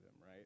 right